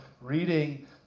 reading